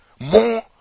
more